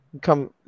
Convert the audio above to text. Come